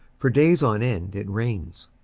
for days on end it rains.